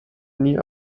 nie